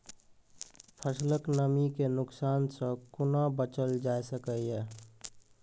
फसलक नमी के नुकसान सॅ कुना बचैल जाय सकै ये?